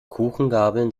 kuchengabeln